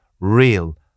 real